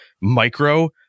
micro